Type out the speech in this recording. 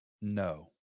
No